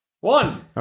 One